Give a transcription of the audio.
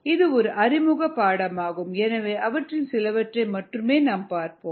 இது ஒரு அறிமுக பாடமாகும் எனவே அவற்றில் சிலவற்றை மட்டுமே நாம் பார்ப்போம்